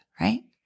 right